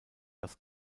das